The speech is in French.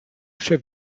chef